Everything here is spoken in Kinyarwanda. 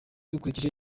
dukurikije